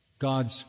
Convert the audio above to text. God's